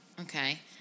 Okay